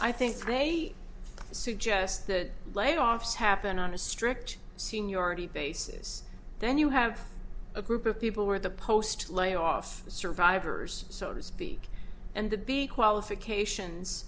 i think they suggest that layoffs happen on a strict seniority basis then you have a group of people where the post layoff survivors so to speak and to be qualifications